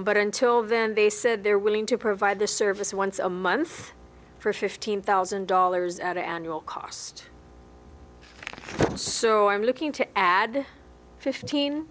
but until then they said they're willing to provide the service once a month for fifteen thousand dollars at an annual cost so i'm looking to add fifteen